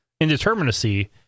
indeterminacy